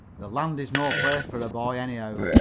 the land is no place for a boy, anyhow.